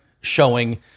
showing